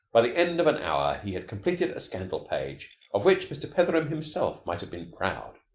by the end of an hour he had completed a scandal page of which mr. petheram himself might have been proud,